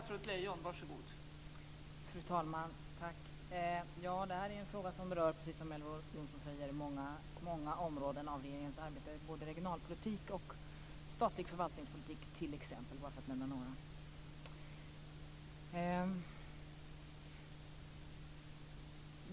Fru talman! Det här är en fråga som berör, precis som Elver Jonsson säger, många av regeringens arbetsområden, både regionalpolitik och statlig förvaltningspolitik, bara för att nämna ett par exempel.